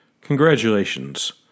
Congratulations